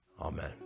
Amen